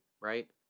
right